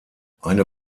eine